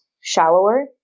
shallower